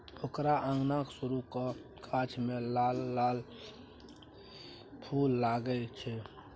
ओकर अंगनाक सुरू क गाछ मे लाल लाल फूल लागल छै